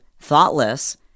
thoughtless